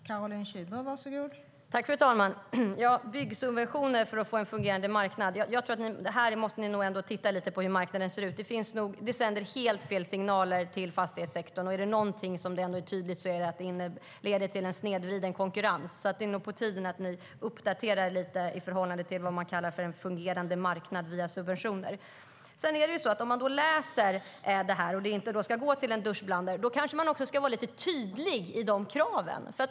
Fru talman! När det gäller byggsubventioner för att få en fungerande marknad måste ni nog titta lite på hur marknaden ser ut. Det sänder helt fel signaler till fastighetssektorn. Om det är någonting som är tydligt är det att det leder till en snedvriden konkurrens. Det är nog på tiden att ni uppdaterar er lite i förhållande till vad man kallar för en fungerande marknad via subventioner. Om man läser detta - och om pengarna inte ska gå till någon duschblandare - kanske man också ska vara lite tydlig i kraven.